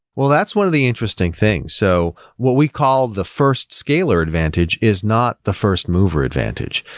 well, that's one of the interesting things. so what we call the first scaleer advantage is not the first mover advantage.